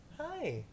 Hi